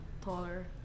Taller